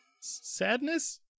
sadness